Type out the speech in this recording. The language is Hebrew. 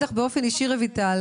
אישי,